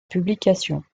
publication